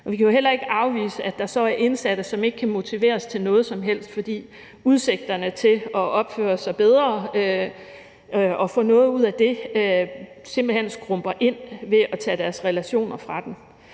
Vi kan heller ikke afvise, at der så er indsatte, som ikke kan motiveres til noget som helst, fordi udsigterne til at opføre sig bedre og få noget ud af det simpelt hen skrumper ind ved at tage deres relationer fra dem.